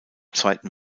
zweiten